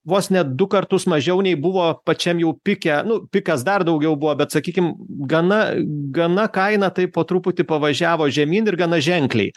vos net du kartus mažiau nei buvo pačiam jau pike nu pikas dar daugiau buvo bet sakykim gana gana kaina taip po truputį pavažiavo žemyn ir gana ženkliai